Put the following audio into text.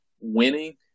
winning